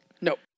Nope